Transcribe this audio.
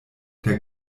der